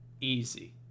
Easy